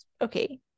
Okay